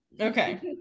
okay